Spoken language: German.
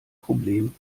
problem